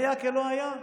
היה כלא היה.